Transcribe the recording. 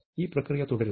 ഈ പ്രക്രിയ തുടരുന്നു